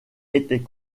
était